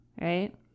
right